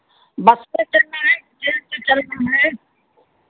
बस से चलना है कि ट्रेन से चलना है